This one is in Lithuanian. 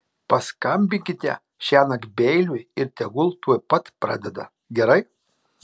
paskambinkite šiąnakt beiliui ir tegul tuoj pat pradeda gerai